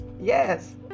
Yes